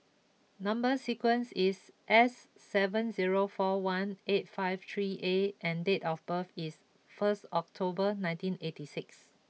number sequence is S seven zero four one eight five three A and date of birth is first October nineteen eighty six